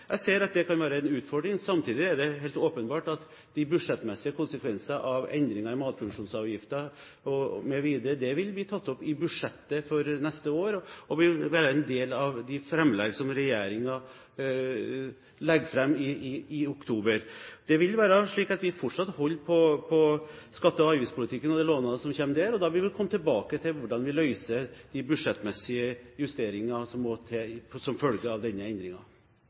Jeg ser at det kan være en utfordring. Samtidig er det helt åpenbart at de budsjettmessige konsekvenser av endringer i matproduksjonsavgifter mv. vil bli tatt opp i budsjettet for neste år. Det vil være en del av de forslag som regjeringen legger fram i oktober. Det vil være slik at vi fortsatt holder på skatte- og avgiftspolitikken og de lovnadene som har kommet der, og vi vil da komme tilbake til hvordan vi løser de budsjettmessige justeringer som må til som følge av denne